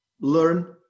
learn